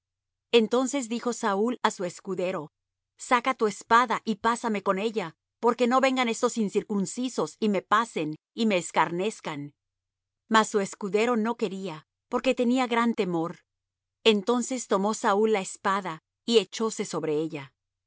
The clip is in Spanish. entonces dijo saúl á su escudero saca tu espada y pásame con ella porque no vengan estos incircuncisos y me pasen y me escarnezcan mas su escudero no quería porque tenía gran temor entonces tomó saúl la espada y echóse sobre ella